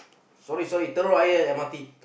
sorry sorry Telok-Ayer M_R_T